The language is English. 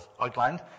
outlined